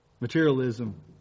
materialism